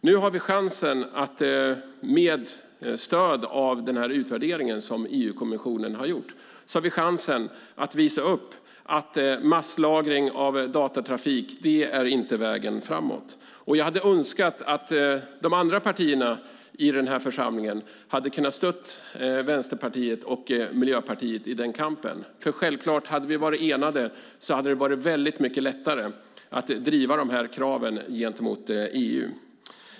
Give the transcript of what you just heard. Nu har vi chansen att med stöd av den utvärdering som EU-kommissionen gjort visa att masslagring av datatrafik inte är vägen framåt. Jag hade önskat att de andra partierna i denna församling kunnat stödja Vänsterpartiet och Miljöpartiet i den kampen. Hade vi varit enade skulle det självfallet ha varit mycket lättare att driva dessa krav gentemot EU.